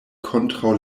kontraŭ